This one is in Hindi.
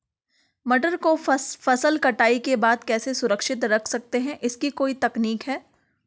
मटर को फसल कटाई के बाद कैसे सुरक्षित रख सकते हैं इसकी कोई तकनीक है?